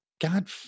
God